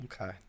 okay